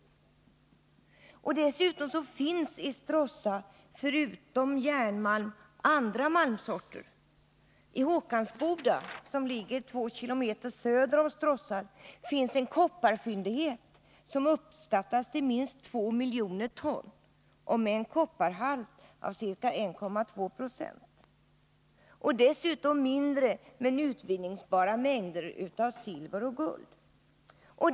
I Stråssa finns förutom järnmalm andra malmsorter. I Håkansboda, som ligger 2 km söder om Stråssa, finns en kopparfyndighet som uppskattas till minst 2 miljoner ton och med en kopparhalt av ca 1,2 96. Dessutom finns mindre men utvinningsbara mängder silver och guld.